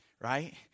right